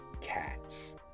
cats